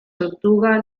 tortuga